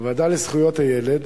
הוועדה לזכויות הילד